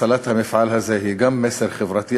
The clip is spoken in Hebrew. הצלת המפעל הזה היא גם מסר חברתי,